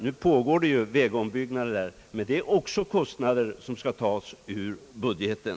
Nu pågår vägbyggnader, men det är också kostnader som skall tas ur budgeten.